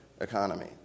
economy